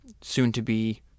soon-to-be